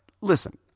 Listen